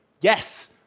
Yes